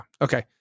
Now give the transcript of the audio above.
okay